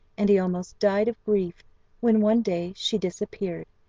and he almost died of grief when, one day, she disappeared,